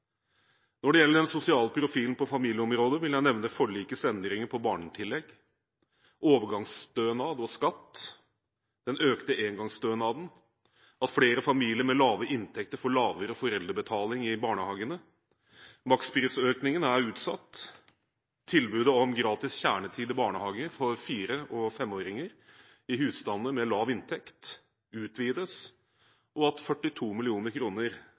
Når det gjelder den sosiale profilen på familieområdet, vil jeg nevne forlikets endringer på barnetillegg, overgangsstønad og skatt, den økte engangsstønaden, at flere familier med lave inntekter får lavere foreldrebetaling i barnehagene, maksprisøkningen er utsatt, tilbudet om gratis kjernetid i barnehage for fire- og femåringer i husstander med lav inntekt utvides, og at 42